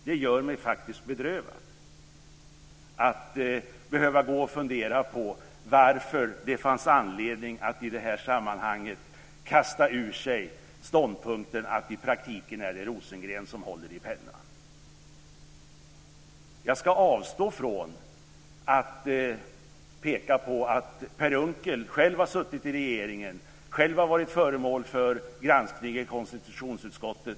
Det gör mig faktiskt bedrövad att behöva gå och fundera på varför det fanns anledning att i det här sammanhanget kasta ur sig ståndpunkten att det i praktiken är Rosengren som håller i pennan. Jag ska avstå från att peka på att Per Unckel själv har suttit i regeringen och själv har varit föremål för granskning i konstitutionsutskottet.